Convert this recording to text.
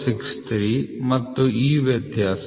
063 ಮತ್ತು ಈ ವ್ಯತ್ಯಾಸ 0